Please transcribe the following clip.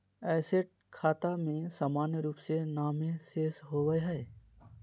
asset खाता में सामान्य रूप से नामे शेष होबय हइ